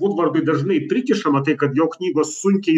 vudvorgui dažnai prikišama tai kad jo knygos sunkiai